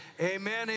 amen